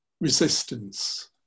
resistance